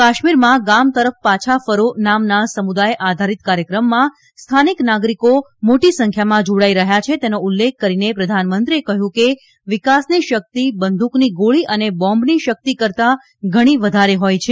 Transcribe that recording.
કાશ્મીરમાં ગામ તરફ પાછા ફરો નામના સમુદાય આધારિત કાર્યક્રમમાં સ્થાનિક નાગરીકો મોટી સંખ્યામાં જાડાઈ રહયા છે તેનો ઉલ્લેખ કરીને પ્રધાનમંત્રીએ કહયું હતું કે વિકાસની શકિત બંદુકની ગોળી અને બોમ્બની શકિત કરતા ઘણી વધારે હોય છે